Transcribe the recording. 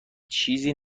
چیزی